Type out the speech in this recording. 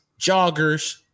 joggers